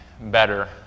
better